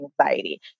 anxiety